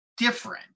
different